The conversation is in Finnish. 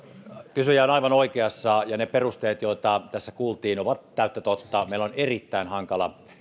kysyjä on on aivan oikeassa ja ne perusteet joita tässä kuultiin ovat täyttä totta meillä on erittäin hankala